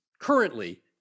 Currently